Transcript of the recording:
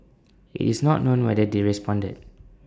IT is not known whether they responded